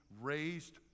raised